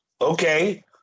okay